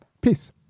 Peace